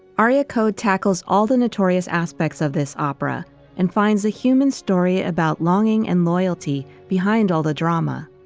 ah area code tackles all the notorious aspects of this opera and finds a human story about longing and loyalty behind all the drama.